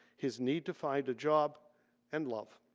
his need to find a job and love.